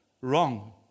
wrong